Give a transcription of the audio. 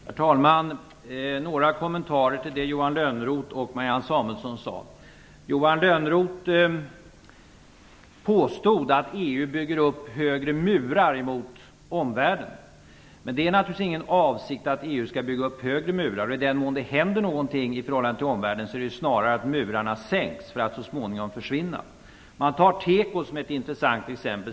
Herr talman! Några kommentarer till det som Johan Lönnroth påstod att EU bygger upp högre murar mot omvärlden. Det är naturligtvis inte avsikten att EU skall bygga upp högre murar. I den mån det händer något i förhållande till omvärlden är det snarare att murarna minskas för att så småningom försvinna. Teko kan tas som ett intressant exempel.